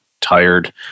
tired